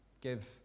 give